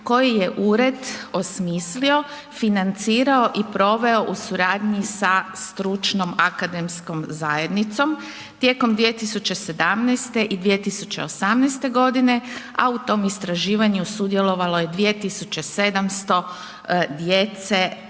koji je ured osmislio, financirao i proveo u suradnji sa stručnom akademskom zajednicom tijekom 2017. i 2018. godine a u tom istraživanju sudjelovalo je 2700 djece